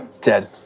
dead